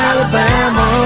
Alabama